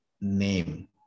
name